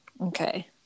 Okay